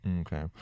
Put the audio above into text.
okay